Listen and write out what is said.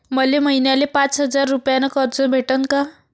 मले महिन्याले पाच हजार रुपयानं कर्ज भेटन का?